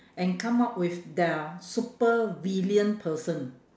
and come up with their supervillain person